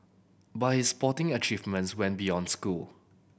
but his sporting achievements went beyond school